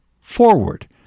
Forward